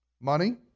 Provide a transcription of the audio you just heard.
Money